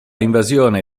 invasione